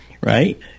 right